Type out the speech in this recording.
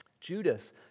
Judas